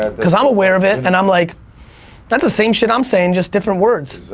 ah cause i'm aware of it and i'm like that's the same shit i'm saying, just different words.